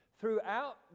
Throughout